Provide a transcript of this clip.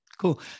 Cool